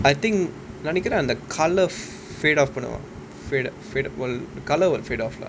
I think நெனைக்றேன் அந்த:nenaikkiraen antha colour fade off பண்ணும்:pannum faded faded or the colour will fade off lah